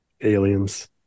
Aliens